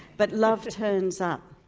but love turns up.